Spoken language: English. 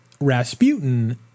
Rasputin